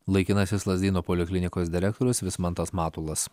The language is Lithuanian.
laikinasis lazdynų poliklinikos direktorius vismantas matulas